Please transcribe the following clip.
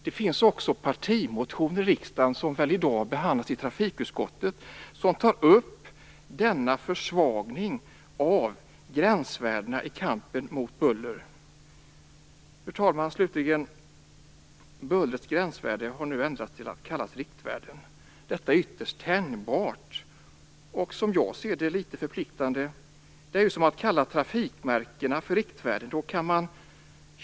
Det finns också partimotioner i riksdagen som behandlas i trafikutskottet som tar upp denna försvagning av gränsvärdena i kampen mot buller. Fru talman! Bullrets gränsvärden har nu ändrats till att kallas riktvärden. Detta är ytterst tänjbart och, som jag ser det, litet förpliktande. Det är som att kalla trafikmärkena för riktvärden.